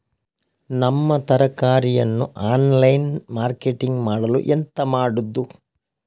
ನಮ್ಮ ತರಕಾರಿಯನ್ನು online marketing ಮಾಡಲು ಎಂತ ಮಾಡುದು?